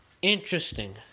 Interesting